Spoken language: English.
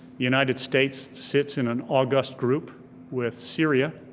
united states sits in an august group with syria,